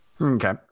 okay